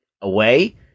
away